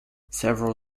several